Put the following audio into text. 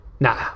Nah